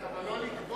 לרדת, אבל לא לקבוע.